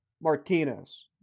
Martinez